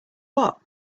what